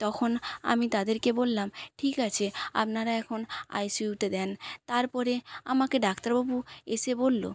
তখন আমি তাদেরকে বললাম ঠিক আছে আপনারা এখন আইসিইউতে দেন তারপরে আমাকে ডাক্তারবাবু এসে বললো